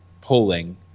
polling